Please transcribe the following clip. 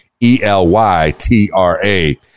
E-L-Y-T-R-A